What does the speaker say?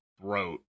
throat